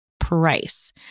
price